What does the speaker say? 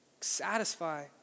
satisfy